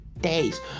days